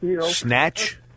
Snatch